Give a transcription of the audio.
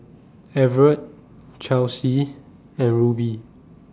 Evertt Chelsi and Rubie